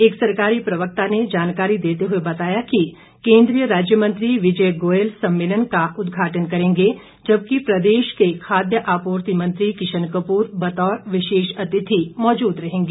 एक सरकारी प्रवक्ता ने जानकारी देते हुए बताया कि केंद्रीय राज्य मंत्री विजय गोयल सम्मेलन का उद्घाटन करेंगे जबकि प्रदेश खाद्य आपूर्ति मंत्री किशन कपूर बतौर विशेष अतिथि मौजूद रहेंगे